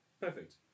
Perfect